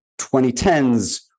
2010s